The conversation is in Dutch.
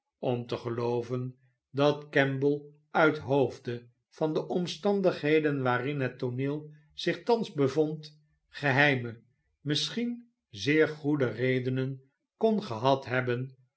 om te gelooven dat kemble uithoofde van de omstandigheden waarin het tooneel zich thans bevond geheime misschien zeer goede redenen kon gehad hebben